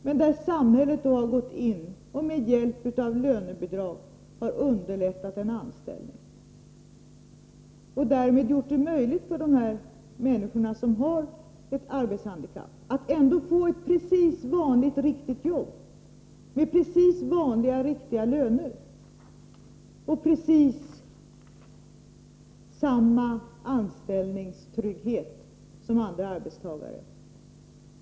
Men samhället har gått in och med hjälp av lönebidrag underlättat en anställning och därmed gjort det möjligt för dessa människor med arbetshandikapp att få ett precis vanligt riktigt jobb med precis vanliga riktiga löner och med precis samma anställningstrygghet som andra arbetstagare har.